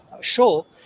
show